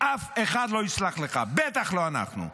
אף אחד לא יסלח לך, בטח לא אנחנו.